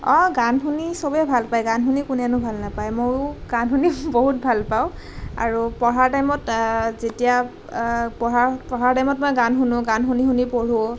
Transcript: অ গান শুনি সবেই ভাল পায় গান শুনি কোনেনো ভাল নাপায় মইও গান শুনি বহুত ভাল পাওঁ আৰু পঢ়াৰ টাইমত যেতিয়া পঢ়াৰ পঢ়াৰ টাইমত মই গান শুনো গান শুনি শুনি পঢ়োঁ